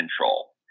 control